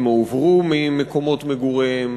הם הועברו ממקומות מגוריהם